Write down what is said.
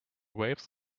waves